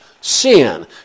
sin